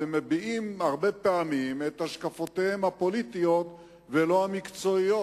והם מביעים הרבה פעמים את השקפותיהם הפוליטיות ולא המקצועיות.